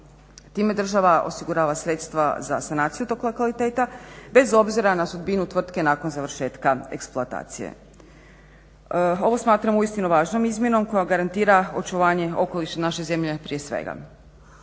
Time država osigurava sredstva za sanaciju tog lokaliteta bez obzira na sudbinu tvrtke nakon završetka eksploatacije. Ovo smatram uistinu važnom izmjenom koja garantira očuvanje okoliša naše zemlje prije svega.